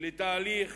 לתהליך